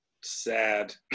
sad